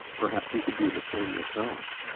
perhaps you could do the same yourself?